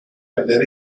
vender